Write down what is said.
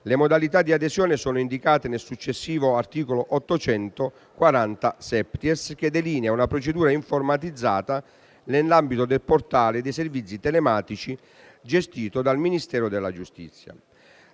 Le modalità di adesione sono indicate dal successivo articolo 840-*septies* del codice di procedura civile, che delinea una procedura informatizzata nell'ambito del portale dei servizi telematici gestito dal Ministero della giustizia.